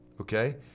okay